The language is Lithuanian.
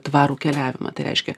tvarų keliavimą tai reiškia